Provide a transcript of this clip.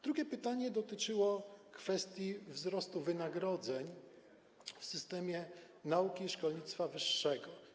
Drugie pytanie dotyczyło kwestii wzrostu wynagrodzeń w systemie nauki i szkolnictwa wyższego.